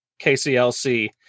KCLC